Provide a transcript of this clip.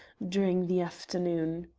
during the afternoon.